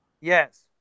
Yes